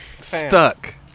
Stuck